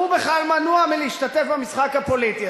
הוא בכלל מנוע מלהשתתף במשחק הפוליטי.